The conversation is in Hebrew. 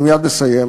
אני מייד מסיים.